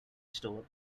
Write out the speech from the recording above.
store